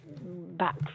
back